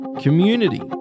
Community